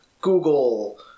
Google